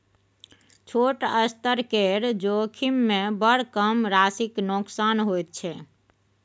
छोट स्तर केर जोखिममे बड़ कम राशिक नोकसान होइत छै